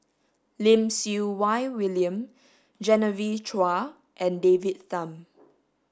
Lim Siew Wai William Genevieve Chua and David Tham